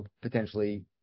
potentially